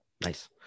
Nice